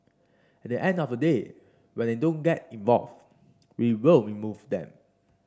at the end of the day when they don't get involved we will remove them